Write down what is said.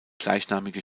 gleichnamige